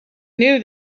knew